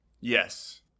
Yes